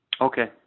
Okay